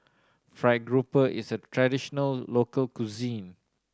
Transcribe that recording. fried grouper is a traditional local cuisine